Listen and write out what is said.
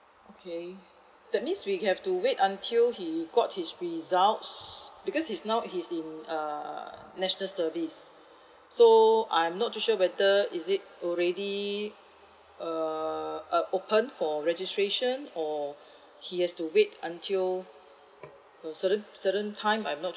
okay that means we have to wait until he got his results because he's now he's in err national service so I'm not too sure whether is it already err uh open for registration or he has to wait until a certain certain time I'm not